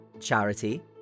Charity